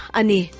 ani